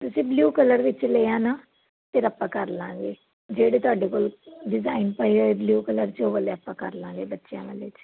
ਤੁਸੀਂ blue colour ਵਿੱਚ ਲੈ ਆਉਣਾ ਫਿਰ ਆਪਾਂ ਕਰ ਲਵਾਂਗੇ ਜਿਹੜੇ ਤੁਹਾਡੇ ਕੋਲ ਡਿਜ਼ਾਇਨ ਪਏ ਹੋਏ ਬਲਿਊ ਕਲਰ 'ਚ ਉਹ ਵਾਲੇ ਆਪਾਂ ਕਰ ਲਵਾਂਗੇ ਬੱਚਿਆਂ ਵਾਲੇ 'ਚ